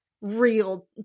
real